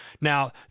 Now